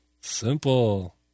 simple